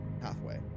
pathway